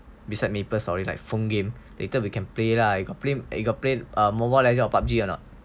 beside Maple story like phone game later we can play lah you got play you got play mobile legend or PUBG or not